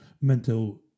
mental